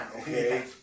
Okay